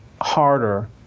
harder